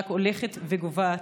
רק הולכת וגוברת,